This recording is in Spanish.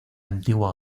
antigua